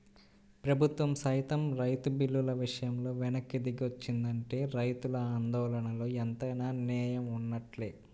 ప్రభుత్వం సైతం రైతు బిల్లుల విషయంలో వెనక్కి దిగొచ్చిందంటే రైతుల ఆందోళనలో ఎంతైనా నేయం వున్నట్లే